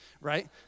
right